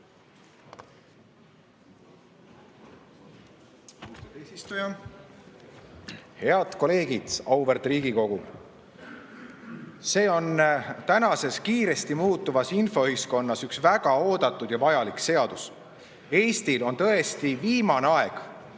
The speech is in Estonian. Head kolleegid! Auväärt Riigikogu! See on tänases kiiresti muutuvas infoühiskonnas üks väga oodatud ja vajalik seadus. Eestil on tõesti viimane aeg